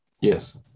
Yes